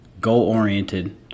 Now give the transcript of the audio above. goal-oriented